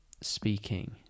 speaking